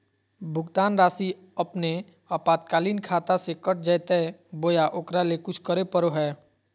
भुक्तान रासि अपने आपातकालीन खाता से कट जैतैय बोया ओकरा ले कुछ करे परो है?